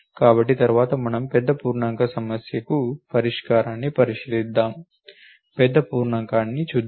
కాబట్టి తరువాత మనం పెద్ద పూర్ణాంక సమస్యకు పరిష్కారాన్ని పరిశీలిస్తాము పెద్ద పూర్ణాంకానికి చూద్దాం